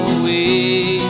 away